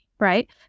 Right